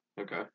Okay